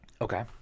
Okay